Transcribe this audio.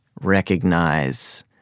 recognize